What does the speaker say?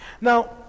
Now